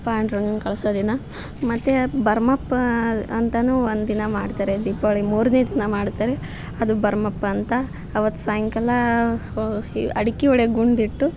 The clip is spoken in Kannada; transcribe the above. ಪಾಂಡ್ರಂಗನ್ನು ಕಳಿಸೋ ದಿನ ಮತ್ತು ಭರಮಪ್ಪ ಅಂತಲೂ ಒಂದು ದಿನ ಮಾಡ್ತಾರೆ ದೀಪಾವಳಿ ಮೂರನೇ ದಿನ ಮಾಡ್ತಾರೆ ಅದು ಭರಮಪ್ಪ ಅಂತ ಅವತ್ತು ಸಾಯಂಕಾಲ ಅಡಿಕೆ ಒಡೆಯದು ಗುಂಡಿಟ್ಟು